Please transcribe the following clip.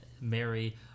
Mary